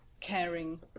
caring